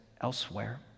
elsewhere